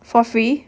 for free